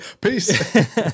Peace